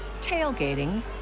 tailgating